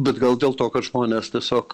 bet gal dėl to kad žmonės tiesiog